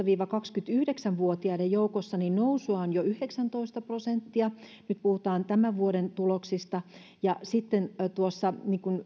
viiva kaksikymmentäyhdeksän vuotiaiden joukossa nousua on jo yhdeksäntoista prosenttia nyt puhutaan tämän vuoden tuloksista ja sitten tuossa